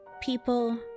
people